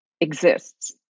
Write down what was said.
exists